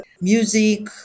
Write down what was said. music